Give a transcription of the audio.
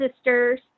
sisters